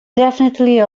definitely